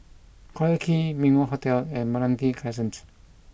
Collyer Quay Min Wah Hotel and Meranti Crescent